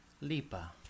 Lipa